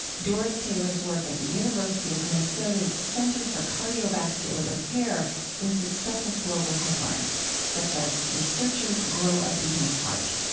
doris taylor's work at the university of minnesota's center for cardiovascular repair was the stuff of global headlines such as researchers grow a beating heart.